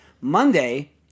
Monday